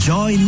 Joy